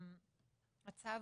הצו